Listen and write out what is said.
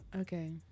Okay